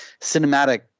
cinematic